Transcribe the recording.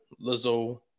Lizzo